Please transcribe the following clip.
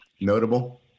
notable